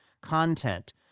content